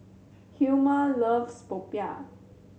Hilma loves popiah